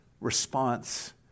response